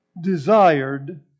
desired